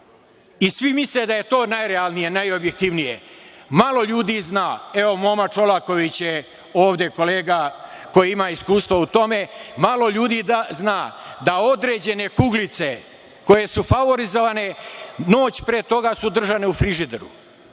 i svi misle da je to najrealnije, najobjektivnije. Malo ljudi zna, evo Moma Čolaković je ovde kolega koji ima iskustva u tome, malo ljudi zna da određene kuglice koje su favorizovane, noć pre toga su držane u frižideru